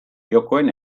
jokoen